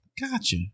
Gotcha